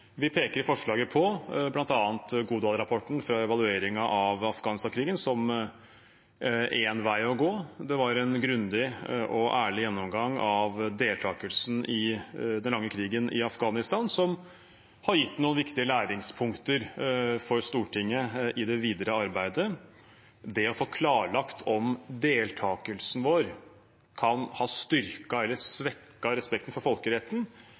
Vi peker i forslaget på bl.a. Godal-rapporten, fra evalueringen av Afghanistan-krigen, som én vei å gå. Det var en grundig og ærlig gjennomgang av deltakelsen i den lange krigen i Afghanistan, som har gitt noen viktige læringspunkter for Stortinget i det videre arbeidet. Det å få klarlagt om deltakelsen vår kan ha styrket eller svekket respekten for folkeretten,